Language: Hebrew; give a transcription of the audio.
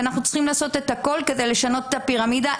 ואנחנו צריכים לעשות הכול כדי לשנות לגמרי את הפירמידה.